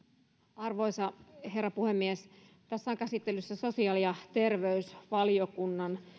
arvoisa herra puhemies tässä on käsittelyssä sosiaali ja terveysvaliokunnan